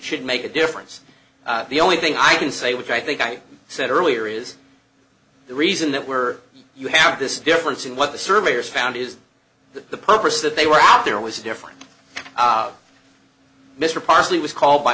should make a difference the only thing i can say which i think i said earlier is the reason that we're you have this difference in what the surveyors found is that the purpose that they were out there always different mr parsley was called by